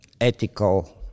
ethical